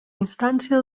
instància